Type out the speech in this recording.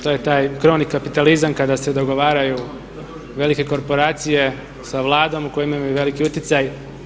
To je taj kroni kapitalizam kada se dogovaraju velike korporacije sa Vladom u kojoj imaju veliku utjecaj.